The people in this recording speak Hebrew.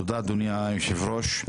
תודה אדוני היושב ראש.